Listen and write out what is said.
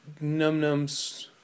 num-nums